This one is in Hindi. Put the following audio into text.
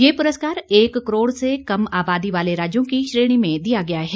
ये पुरस्कार एक करोड़ से कम आबादी वाले राज्यों की श्रेणी में दिया गया है